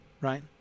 right